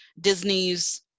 Disney's